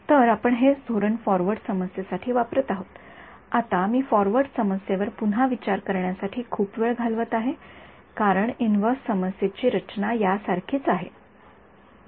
तर आपण हेच धोरण फॉरवर्ड समस्ये साठी वापरत आहोत आता मी फॉरवर्ड समस्येवर पुन्हा विचार करण्यासाठी खूप वेळ घालवत आहे कारण इन्व्हर्स समस्येची रचना यासारखीच आहे